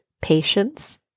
patience